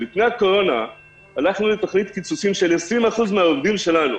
לפני הקורונה הלכנו לתוכנית קיצוצים של 20% מן העובדים שלנו,